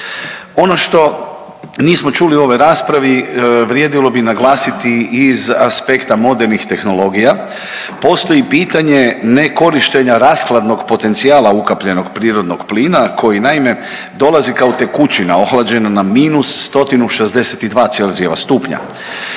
Ono što nismo čuli u ovoj raspravi vrijedilo bi naglasiti iz aspekta modernih tehnologija. Postoji pitanje nekorištenja rashladnog potencijala ukapljenog prirodnog plina koji naime dolazi kao tekućina ohlađena na minus 162 Celzijeva stupanja.